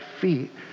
feet